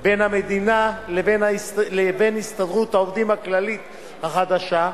בין המדינה לבין הסתדרות העובדים הכללית החדשה,